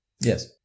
Yes